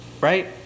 right